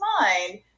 mind